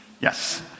Yes